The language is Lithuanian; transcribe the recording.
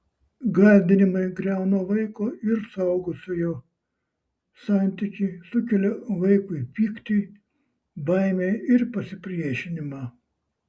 gąsdinimai griauna vaiko ir suaugusiojo santykį sukelia vaikui pyktį baimę ir pasipriešinimą